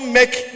make